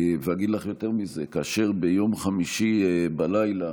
ואגיד לך יותר מזה, כאשר ביום חמישי בלילה